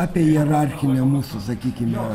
apie hierarchinę mūsų sakykime